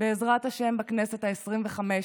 בעזרת השם, בכנסת העשרים-וחמש